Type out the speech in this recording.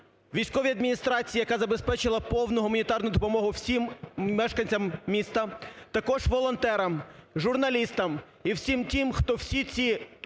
військовій адміністрації, яка забезпечила повну гуманітарну допомогу всім мешканцям міста, також волонтерам, журналістам і всім тим, хто всі ці